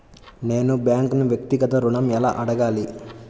నేను బ్యాంక్ను వ్యక్తిగత ఋణం ఎలా అడగాలి?